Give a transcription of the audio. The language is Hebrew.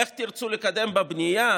איך תרצו לקדם בה בנייה,